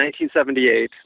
1978